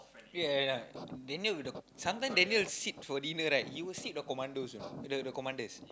ya ya ya Daniel sometime Daniel sit for dinner right he will sit the commanders you know the the commanders